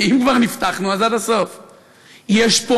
אם כבר נפתחנו אז עד הסוף.